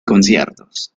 conciertos